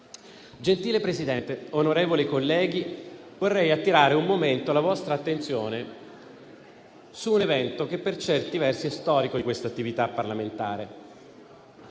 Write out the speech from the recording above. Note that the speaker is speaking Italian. Gentile Presidente, onorevoli colleghi, vorrei attirare un momento la vostra attenzione su un evento che per certi versi è storico di questa attività parlamentare.